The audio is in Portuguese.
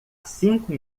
cinco